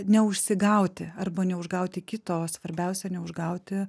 neužsigauti arba neužgauti kito svarbiausia neužgauti